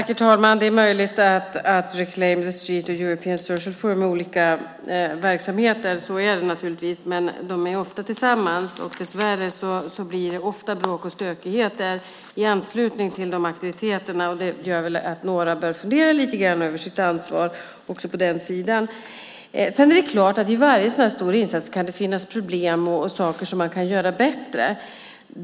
Herr talman! Naturligtvis är Reclaim the Streets och European Social Forum olika verksamheter, men de är ofta tillsammans och dessvärre blir det ofta bråk och stökigheter i anslutning till deras aktiviteter. Det innebär att några även på den sidan lite grann bör fundera över sitt ansvar. Det kan givetvis vid varje stor insats finnas problem och sådant som kan göras bättre.